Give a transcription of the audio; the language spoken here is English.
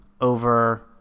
over